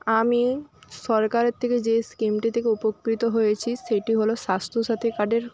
আমি সরকারের থেকে যে স্কিমটি থেকে উপকৃত হয়েছি সেটি হল স্বাস্থ্যসাথী কার্ডের